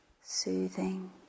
soothing